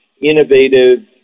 innovative